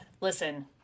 Listen